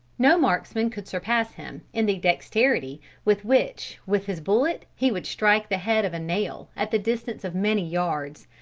no marksman could surpass him in the dexterity with which with his bullet he would strike the head of a nail, at the distance of many yards.